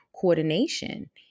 coordination